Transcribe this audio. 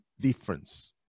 difference